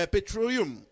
Petroleum